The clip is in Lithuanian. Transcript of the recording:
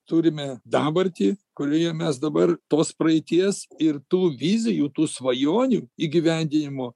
turime dabartį kurioje mes dabar tos praeities ir tų vizijų tų svajonių įgyvendinimo